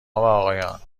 آقایان